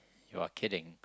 you are kidding